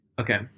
Okay